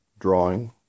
Drawing